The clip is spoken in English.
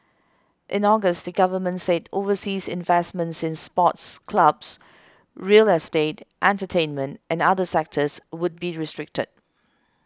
in August the government said overseas investments in sports clubs real estate entertainment and other sectors would be restricted